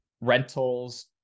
rentals